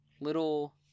little